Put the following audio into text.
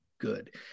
good